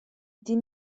die